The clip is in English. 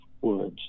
woods